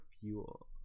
fuel